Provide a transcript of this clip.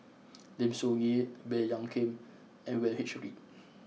Lim Soo Ngee Baey Yam Keng and William H Read